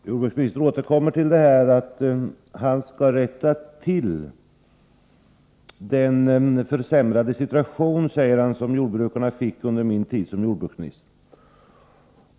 Herr talman! Jordbruksministern återkommer till att han skall rätta till den försämrade situation som jordbrukarna fick under min tid som jordbruksminister.